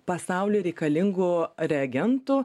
pasauly reikalingų reagentų